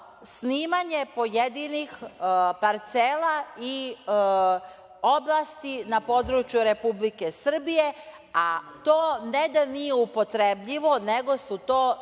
snimanje pojedinih parcela i oblasti na području Republike Srbije, a to ne da nije upotrebljivo, nego su to